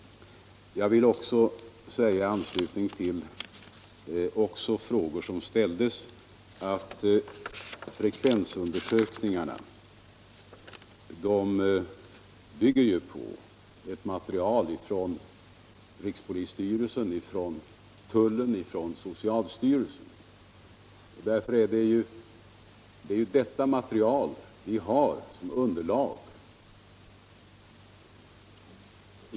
Jag vill också — i anslutning till frågor som har ställts — säga att lägesredovisningen bygger på uppgifter från rikspolisstyrelsen, tullen och socialstyrelsen. Det är detta material vi har som underlag.